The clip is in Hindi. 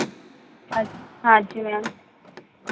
अच्छा हाँ जी मैम